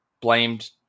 blamed